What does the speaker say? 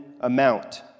amount